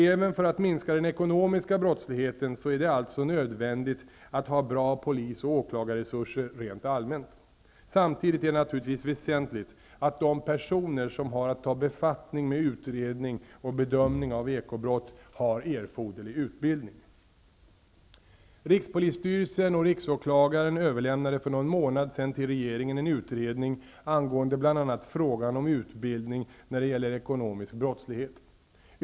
Även för att minska den ekonomiska brottsligheten är det alltså nödvändigt att ha bra polis och åklagarresurser rent allmänt. Samtidigt är det naturligtvis väsentligt att de personer som har att ta befattning med utredning och bedömning av ekobrott har erforderlig utbildning. Rikspolisstyrelsen och riksåklagaren överlämnade för någon månad sedan till regeringen en utredning angående bl.a. frågan om utbildning när det gäller ekonomisk brottslighet.